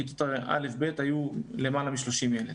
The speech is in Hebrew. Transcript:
בכיתות א' ב' היו יותר מ-30 ילדים,